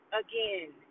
again